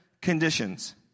conditions